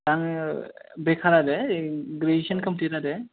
आङो बेखार आरो ग्रेजुएसन कमप्लिट आरो